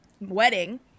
wedding